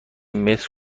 متر